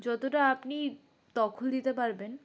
যতটা আপনি দখল দিতে পারবেন